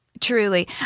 Truly